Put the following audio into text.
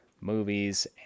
movies